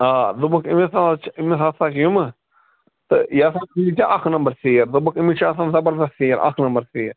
آ دوٚپُکھ أمِس ہسا چھِ أمِس ہَسا چھِ یِمہٕ تہٕ یہِ ہَسا یہِ چھِ اَکھ نَمبر سیٖر دوٚپُکھ أمِس چھِ آسان زَبردس سیٖر اَکھ نمبر سیٖر